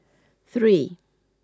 three